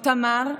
או תמר,